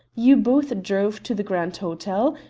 you both drove to the grand hotel,